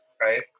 right